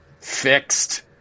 fixed